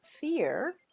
fear